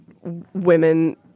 women